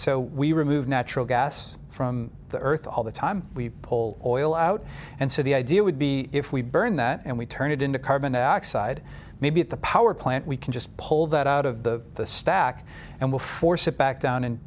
so we remove natural gas from the earth all the time we pull out and so the idea would be if we burn that and we turn it into carbon dioxide maybe at the power plant we can just pull that out of the stack and will force it back down